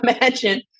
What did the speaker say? imagine